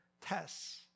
tests